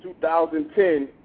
2010